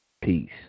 peace